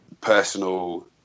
personal